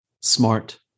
smart